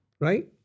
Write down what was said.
right